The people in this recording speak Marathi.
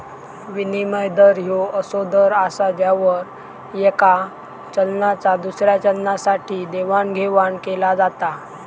विनिमय दर ह्यो असो दर असा ज्यावर येका चलनाचा दुसऱ्या चलनासाठी देवाणघेवाण केला जाता